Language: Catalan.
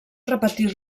repetir